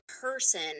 person